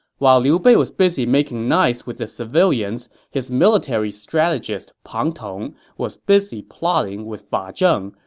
while liu bei was busy making nice with the civilians, his military strategist pang tong was busy plotting with fa ah zheng,